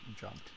jumped